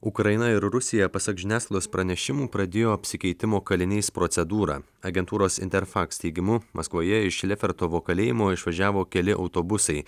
ukraina ir rusija pasak žiniasklaidos pranešimų pradėjo apsikeitimo kaliniais procedūrą agentūros interfax teigimu maskvoje iš lefertovo kalėjimo išvažiavo keli autobusai